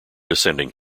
descending